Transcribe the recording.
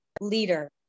leader